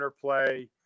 play